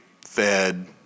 fed